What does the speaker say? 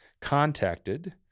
contacted